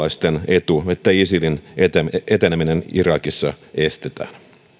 etu myös suomalaisten etu että isilin eteneminen irakissa estetään